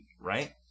Right